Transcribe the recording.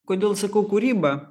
kodėl sakau kūryba